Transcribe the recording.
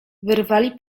wyrwali